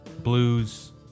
blues